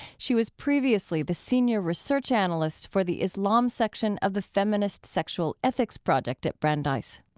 she was previously the senior research analyst for the islam section of the feminist sexual ethics project at brandeis.